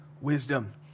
wisdom